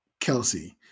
Kelsey